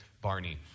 Barney